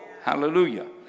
hallelujah